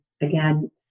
again